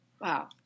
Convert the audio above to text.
Wow